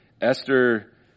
Esther